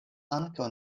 ankaŭ